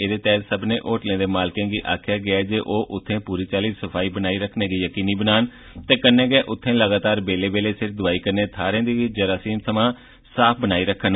एहदे तैहत सब्बने होटलें दे मलिकें गी आक्खेया गेआ ऐ जे ओ उत्थें पूरी चाल्ली सफाई बनाई रक्खने गी यकीनी बनान ते कन्नै गै उत्थें लगातार बेल्ले बेल्ले सिर दौआई कन्नें थाहरै गी जरासीम शा साफ बानाई रक्खन